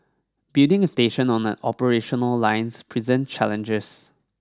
building a station on an operational lines present challenges